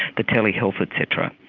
the telehealth et cetera,